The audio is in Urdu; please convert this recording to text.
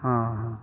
ہاں ہاں ہاں